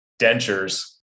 dentures